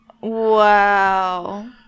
wow